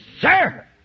Sir